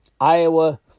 Iowa